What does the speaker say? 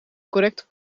correcte